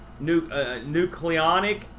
nucleonic